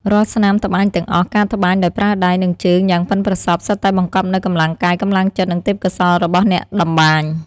រាល់ស្នាមត្បាញទាំងអស់ការត្បាញដោយប្រើដៃ និងជើងយ៉ាងប៉ិនប្រសប់ សុទ្ធតែបង្កប់នូវកម្លាំងកាយ កម្លាំងចិត្ត និងទេពកោសល្យរបស់អ្នកតម្បាញ។